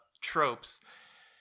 tropes